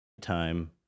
time